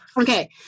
Okay